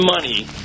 money